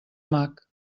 mac